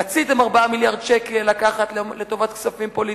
רציתם לקחת 4 מיליארד שקל לטובת כספים פוליטיים,